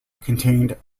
contained